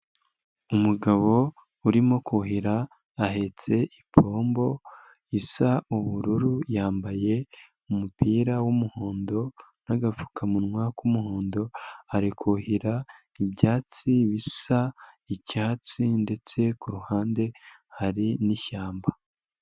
Umugabo urimo kuhira ahetse ipombo isa ubururu yambaye umupira w'umuhondo n'agapfukamunwa k'umuhondo are kuhira ibyatsi bisa icyatsi ndetse ku ruhande hari n'ishyamba.